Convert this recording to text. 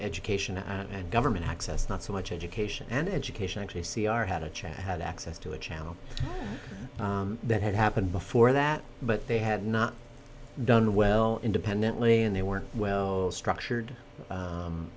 education and government access not so much education and education actually c r had a chat had access to a channel that had happened before that but they had not done well independently and they were well structured